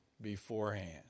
beforehand